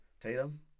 Tatum